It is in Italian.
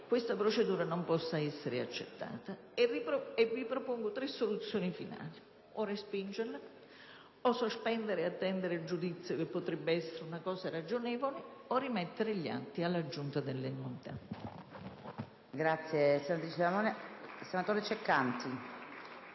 che tale procedura non possa essere accettata, e vi propongo tre soluzioni finali: o respingere o sospendere, ed attendere il giudizio - cosa che potrebbe essere ragionevole - o rimettere gli atti alla Giunta delle